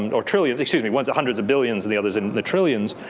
and or trillions. excuse me, one's a hundreds of billions, and the other's in the trillions.